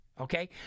Okay